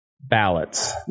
ballots